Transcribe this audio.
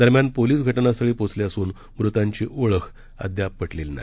दरम्यान पोलिस घटनास्थळी पोहचले असून मृतांची ओळख अद्याप पटली नाही